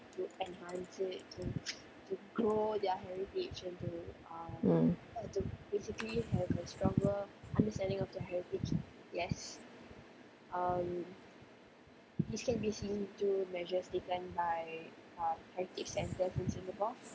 mm